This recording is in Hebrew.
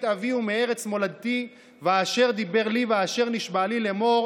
אבי ומארץ מולדתי ואשר דִבר לי ואשר נשבע לי לאמֹר